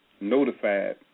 notified